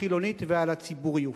החילונית ועל הציבוריות.